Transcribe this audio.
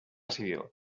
civil